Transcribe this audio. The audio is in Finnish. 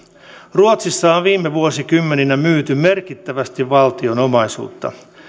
ruotsissa on viime vuosikymmeninä myyty merkittävästi valtion omaisuutta